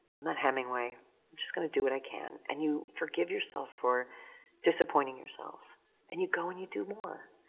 i'm not hemingway. i'm just gonna do what i can. and you forgive yourself for disappointing yourself and you go and you do more.